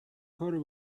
کارو